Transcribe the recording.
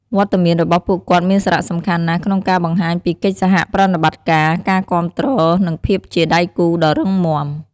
វត្តមានរបស់ពួកគាត់មានសារៈសំខាន់ណាស់ក្នុងការបង្ហាញពីកិច្ចសហប្រតិបត្តិការ ការគាំទ្រ និងភាពជាដៃគូដ៏រឹងមាំ។